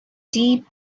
deep